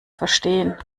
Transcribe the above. verstehen